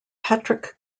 patrick